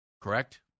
Correct